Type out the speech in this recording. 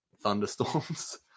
thunderstorms